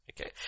Okay